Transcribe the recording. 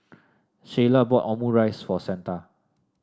Sheyla bought Omurice for Santa